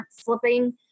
slipping